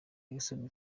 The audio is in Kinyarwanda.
jackson